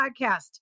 Podcast